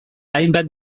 hainbat